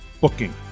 booking